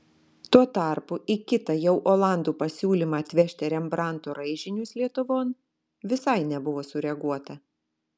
tuo tarpu į kitą jau olandų pasiūlymą atvežti rembrandto raižinius lietuvon visai nebuvo sureaguota